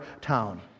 town